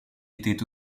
étaient